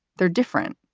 they're different,